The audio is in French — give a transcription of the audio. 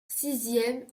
sixième